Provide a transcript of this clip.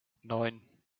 neun